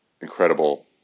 incredible